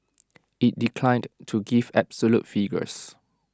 IT declined to give absolute figures